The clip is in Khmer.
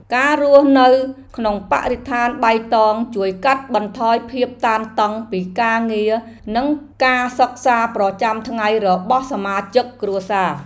ការរស់នៅក្នុងបរិស្ថានបៃតងជួយកាត់បន្ថយភាពតានតឹងពីការងារនិងការសិក្សាប្រចាំថ្ងៃរបស់សមាជិកគ្រួសារ។